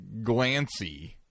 Glancy